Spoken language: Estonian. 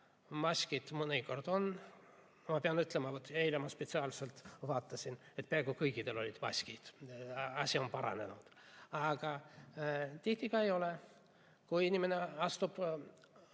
maskid mõnikord on – ma pean ütlema, et eile ma spetsiaalselt vaatasin, peaaegu kõikidel olid maskid, asi on paranenud –, aga tihti ka ei ole. Kui inimene astub